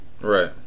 Right